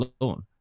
alone